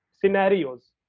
scenarios